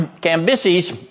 Cambyses